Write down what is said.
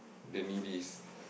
the needies